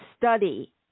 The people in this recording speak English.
study